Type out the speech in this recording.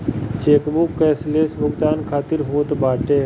chequebook cashless भुगतान खातिर होत बाटे